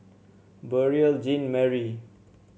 Beurel Jean Marie